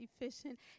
efficient